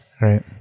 right